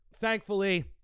thankfully